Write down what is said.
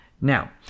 now